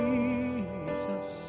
Jesus